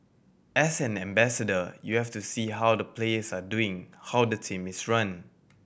as an ambassador you have to see how the players are doing how the team is run